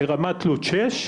לרמת תלות שש,